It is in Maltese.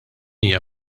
hija